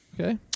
Okay